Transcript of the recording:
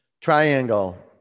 Triangle